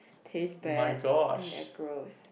taste bad and they're gross